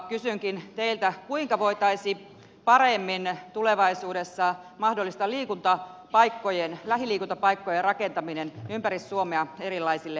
kysynkin teiltä kuinka voitaisiin paremmin tulevaisuudessa mahdollistaa lähiliikuntapaikkojen rakentaminen ympäri suomea erilaisille asuinalueille